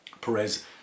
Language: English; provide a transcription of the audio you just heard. Perez